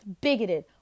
bigoted